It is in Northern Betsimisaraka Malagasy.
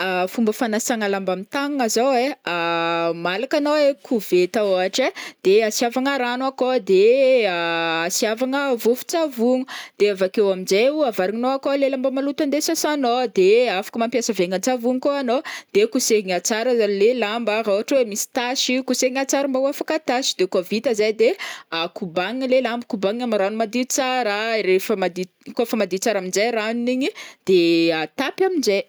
Fomba fanasagna lamba am'tagnagna zao ai malaka anao ai koveta ohatra ai de asiavagna rano akao de asiavagna vôvon-tsavogno de avakeo am'jay o avarininao akao le lamba maloto andeha sasanao de afaka mampiasa vaingan-tsavogno koa anao de kosehigna tsara le lamba raha ohatra hoe misy tasy kosehigna tsara mba ho afaka tasy de koa vita zay de a- kobanina le lamba kobanina am'rano madio tsara rehefa madi- kaofa madio tsara am'jay ranony igny de atapy am'jay.